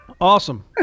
Awesome